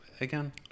again